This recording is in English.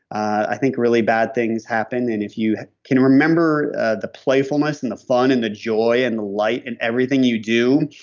i think really bad things happen and if you can remember ah the playfulness and the fun and the joy and the light in everything you do,